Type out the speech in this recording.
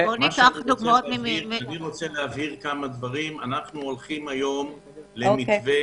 אני רוצה להבהיר שאנחנו הולכים למתווה